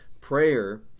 Prayer